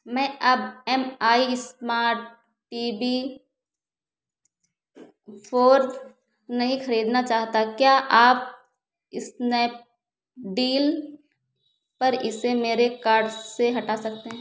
मैं अब M I smart TV four नहीं खरीदना चाहता क्या आप ईस्नैपडील पर इसे मेरे कार्ट से हटा सकते हैं